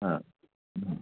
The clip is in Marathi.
हा